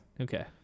Okay